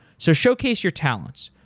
so, showcase your talents.